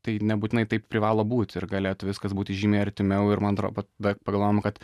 tai nebūtinai taip privalo būti ir galėtų viskas būti žymiai artimiau ir man atrodo vat tada pagalvojom kad